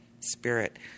spirit